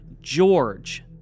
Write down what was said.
George